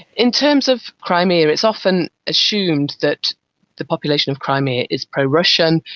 in terms of crimea it's often assumed that the population of crimea is pro-russian,